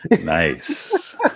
nice